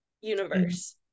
universe